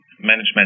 management